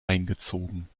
eingezogen